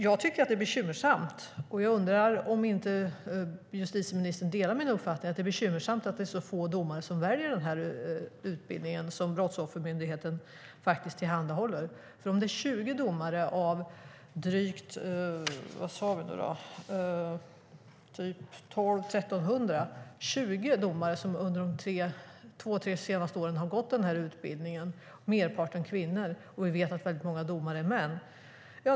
Jag tycker att detta är bekymmersamt, och jag undrar om inte justitieministern delar min uppfattning att det är bekymmersamt att det är så få domare som väljer utbildningen som Brottsoffermyndigheten tillhandahåller. Det är 20 domare av drygt 1 200-1 300 som under de två tre senaste åren har gått utbildningen. Merparten är kvinnor, och vi vet att väldigt många domare är män.